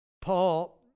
Paul